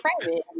private